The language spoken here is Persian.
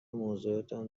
موضعتان